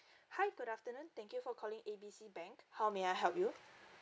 hi good afternoon thank you for calling A B C bank how may I help you